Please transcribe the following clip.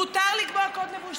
מותר לקבוע קוד לבוש.